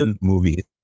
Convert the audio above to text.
movie